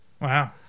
wow